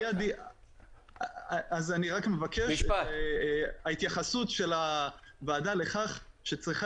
אני רק מבקש: ההתייחסות של הוועדה לכך שצריכה